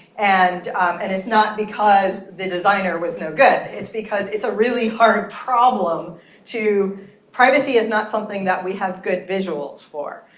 and and it's not because the designer was no good. it's because it's a really hard problem to privacy is not something that we have good visuals for.